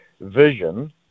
vision